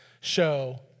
show